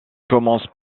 commence